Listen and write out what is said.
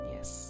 Yes